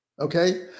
okay